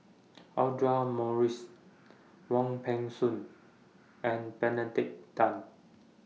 Audra Morrice Wong Peng Soon and Benedict Tan